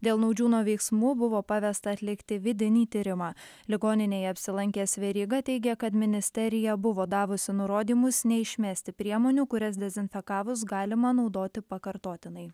dėl naudžiūno veiksmų buvo pavesta atlikti vidinį tyrimą ligoninėje apsilankęs veryga teigė kad ministerija buvo davusi nurodymus neišmesti priemonių kurias dezinfekavus galima naudoti pakartotinai